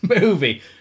movie